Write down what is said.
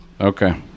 Okay